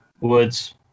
Woods